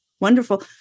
Wonderful